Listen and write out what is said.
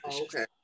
okay